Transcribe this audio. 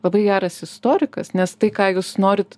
labai geras istorikas nes tai ką jūs norit